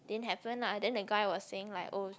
didn't happen lah then that guy was saying like oh